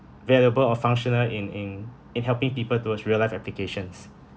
valuable or functional in in in helping people towards real life applications